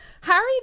Harry